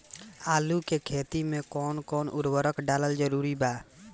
आलू के खेती मे कौन कौन उर्वरक डालल जरूरी बा?